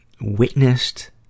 witnessed